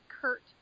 Kurt